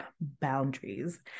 boundaries